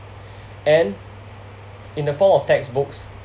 and in a form of textbooks